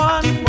One